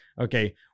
okay